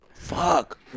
fuck